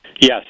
Yes